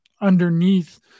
underneath